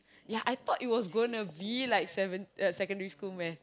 ya I thought it was gonna be like seven uh secondary school maths